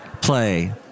play